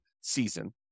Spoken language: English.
season